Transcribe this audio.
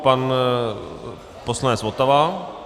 Pan poslanec Votava.